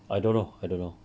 I don't know I don't know